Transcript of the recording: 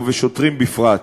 ובשוטרים בפרט.